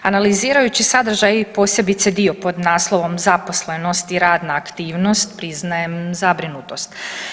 Analizirajući sadržaj i posebice dio pod naslovom „Zaposlenost i radna aktivnost“ priznajem zabrinutost.